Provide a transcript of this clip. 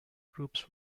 groups